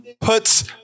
puts